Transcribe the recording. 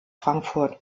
frankfurt